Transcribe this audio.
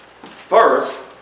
first